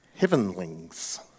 heavenlings